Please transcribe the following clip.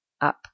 up